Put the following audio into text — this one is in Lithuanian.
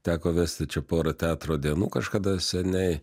teko vesti čia porą teatro dienų kažkada seniai